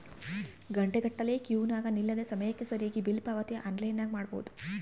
ಘಂಟೆಗಟ್ಟಲೆ ಕ್ಯೂನಗ ನಿಲ್ಲದೆ ಸಮಯಕ್ಕೆ ಸರಿಗಿ ಬಿಲ್ ಪಾವತಿ ಆನ್ಲೈನ್ನಾಗ ಮಾಡಬೊದು